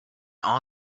all